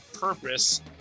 purpose